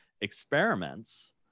experiments